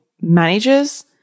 manages